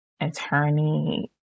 attorney